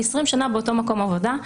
היא 20 שנה באותו מקום עבודה.